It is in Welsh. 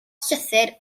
llythyr